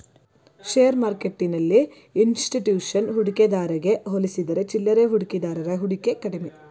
share ಮಾರ್ಕೆಟ್ಟೆಲ್ಲಿ institution ಹೂಡಿಕೆದಾರಗೆ ಹೋಲಿಸಿದರೆ ಚಿಲ್ಲರೆ ಹೂಡಿಕೆದಾರರ ಹೂಡಿಕೆ ಕಡಿಮೆ